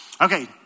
Okay